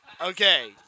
Okay